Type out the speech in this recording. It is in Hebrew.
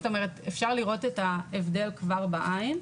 זאת אומרת אפשר לראות את ההבדל כבר בעין.